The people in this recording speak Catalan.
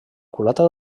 culata